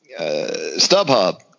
StubHub